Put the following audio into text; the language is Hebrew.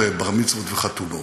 אני לא הולך לבר-מצוות וחתונות,